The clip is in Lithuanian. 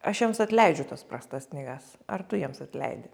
aš jiems atleidžiu tas prastas knygas ar tu jiems atleidi